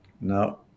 no